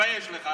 תתבייש לך.